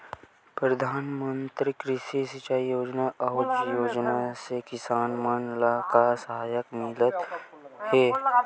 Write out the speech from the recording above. प्रधान मंतरी कृषि सिंचाई योजना अउ योजना से किसान मन ला का सहायता मिलत हे?